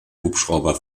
hubschrauber